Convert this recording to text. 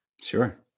Sure